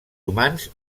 humans